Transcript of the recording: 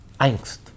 angst